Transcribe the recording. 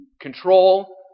control